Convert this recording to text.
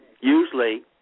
usually